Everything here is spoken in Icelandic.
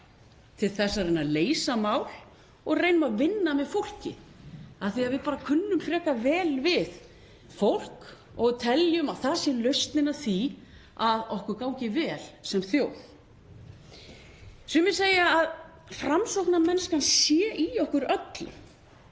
til þess að reyna að leysa mál og reynum að vinna með fólki af því að við kunnum bara frekar vel við fólk og teljum að það sé lykillinn að því að okkur gangi vel sem þjóð. Sumir segja að framsóknarmennskan sé í okkur öllum.